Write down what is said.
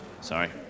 sorry